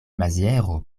maziero